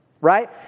Right